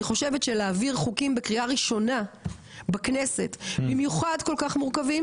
אני חושבת שלהעביר חוקים בקריאה ראשונה בכנסת במיוחד כל כך מורכבים